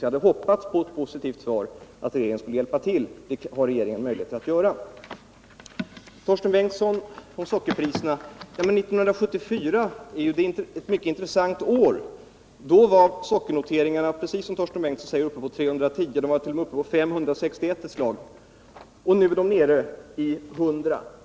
Jag hade hoppats på ett positivt svar att regeringen skulle hjälpa till, vilket regeringen har möjlighet att göra. Så till Torsten Bengtson om sockerpriserna. 1974 är ett mycket intressant år. Då var sockernoteringarna, precis som Torsten Bengtson säger, uppe i 310 öre ocht.o.m. uppe i 561 öre ett slag. Nu är de nere i 100 öre per kg.